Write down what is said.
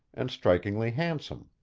and strikingly handsome.